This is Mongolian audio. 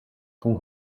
тун